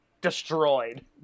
destroyed